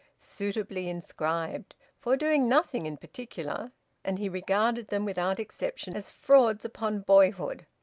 suitably inscribed for doing nothing in particular and he regarded them without exception as frauds upon boyhood.